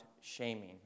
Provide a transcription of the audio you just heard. shaming